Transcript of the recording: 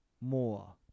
more